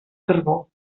carbó